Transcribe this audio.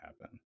happen